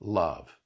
love